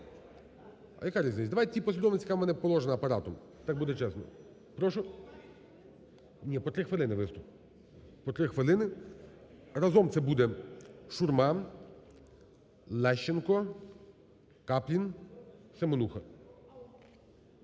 А яка різниця? Давайте в тій послідовності, яка у мене положена Апаратом. Так буде чесно. Прошу. Ні, по 3 хвилин виступ, по 3 хвилин. Разом це буде Шурма, Лещенко, Каплін, Семенуха.